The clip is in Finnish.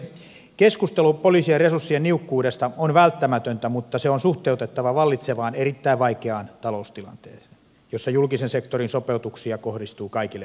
keskustelu poliisien resurssien niukkuudesta on välttämätöntä mutta se on suhteutettava vallitsevaan erittäin vaikeaan taloustilanteeseen jossa julkisen sektorin sopeutuksia kohdistuu kaikille hallinnonaloille